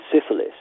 syphilis